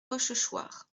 rochechouart